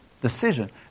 decision